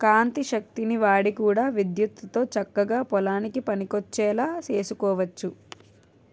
కాంతి శక్తిని వాడి కూడా విద్యుత్తుతో చక్కగా పొలానికి పనికొచ్చేలా సేసుకోవచ్చు